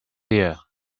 here